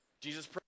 Jesus